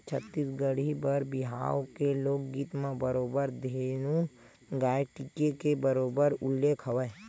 छत्तीसगढ़ी बर बिहाव के लोकगीत म बरोबर धेनु गाय टीके के बरोबर उल्लेख हवय